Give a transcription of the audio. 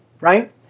right